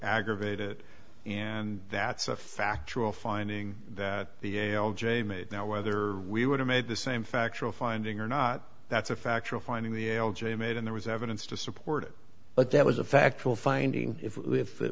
aggravate it and that's a factual finding that the a l j made now whether we would have made the same factual finding or not that's a factual finding the l j made and there was evidence to support it but that was a factual finding if i